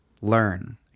learn